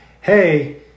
hey